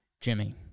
Jimmy